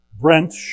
Brent